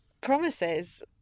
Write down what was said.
promises